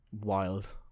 wild